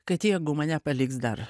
kad jeigu mane paliks dar